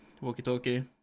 walkie-talkie